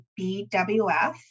BWF